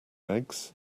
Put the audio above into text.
eggs